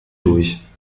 durch